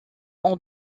ont